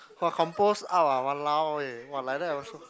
!wah! compose out ah !walao! eh !wah! like that also